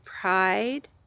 Pride